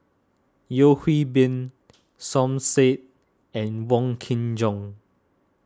Yeo Hwee Bin Som Said and Wong Kin Jong